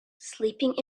sleeping